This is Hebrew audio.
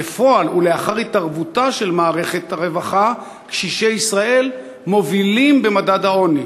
בפועל ולאחר התערבותה של מערכת הרווחה קשישי ישראל מובילים במדד העוני.